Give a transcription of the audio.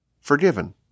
forgiven